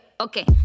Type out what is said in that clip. okay